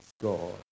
God